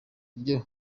ryo